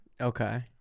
Okay